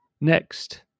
Next